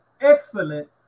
excellent